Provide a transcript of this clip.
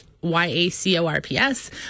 Y-A-C-O-R-P-S